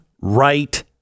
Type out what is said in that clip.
right